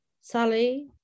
Sally